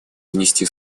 внести